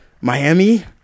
Miami